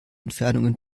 entfernungen